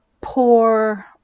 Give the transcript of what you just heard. poor